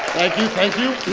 thank you, thank you,